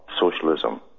socialism